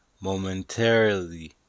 momentarily